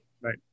right